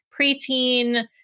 preteen